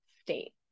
state